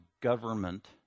government